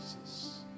Jesus